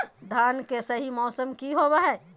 धान के सही मौसम की होवय हैय?